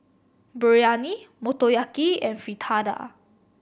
Biryani Motoyaki and Fritada